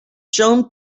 shown